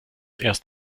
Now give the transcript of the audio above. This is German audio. erst